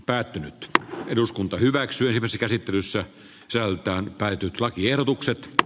päättynyt eduskunta hyväksyi vesikäsittelyssä sieltä on käyty yt lakiehdotukset